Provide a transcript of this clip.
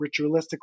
ritualistically